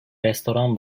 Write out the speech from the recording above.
restoran